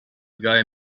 guy